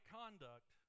conduct